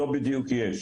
לא בדיוק יש,